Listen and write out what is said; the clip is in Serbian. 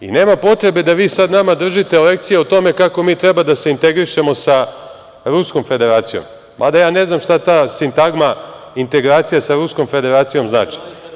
Nema potrebe da vi sad nama držite lekcije o tome kako mi treba da se integrišemo sa Ruskom Federacijom, mada ja ne znam šta ta sintagma integracija sa Ruskom Federacijom znači.